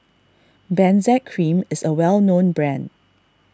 Benzac Cream is a well known brand